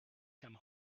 come